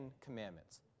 Commandments